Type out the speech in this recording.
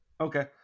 Okay